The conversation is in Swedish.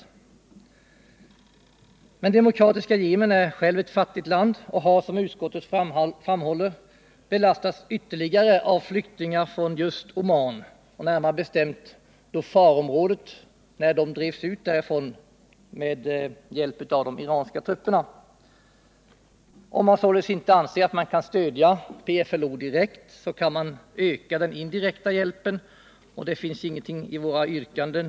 Demokratiska folkrepubliken Yemen är själv ett fattigt land och har, som utskottet framhåller, belastats ytterligare av flyktingar just från Oman, närmare bestämt från Dhofarområdet, varifrån de drivits ut med hjälp av de iranska trupperna. Om man således inte anser att man kan stödja PFLO direkt, kan man öka den indirekta hjälpen, och vi motsätter oss i vår motion på intet vis ett sådant förfaringssätt.